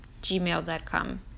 gmail.com